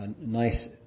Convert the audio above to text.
nice